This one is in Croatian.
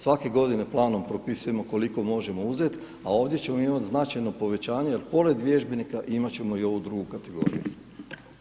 Svake godine planom propisujemo koliko možemo uzet, a ovdje ćemo imat značajno povećanje jer pored vježbenika imat ćemo i ovu drugu kategoriju.